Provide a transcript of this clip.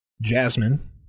Jasmine